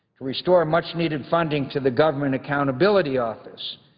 restore much-needed funding to the government accountability office.